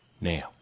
Now